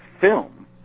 film